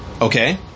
Okay